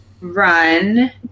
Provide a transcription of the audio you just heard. run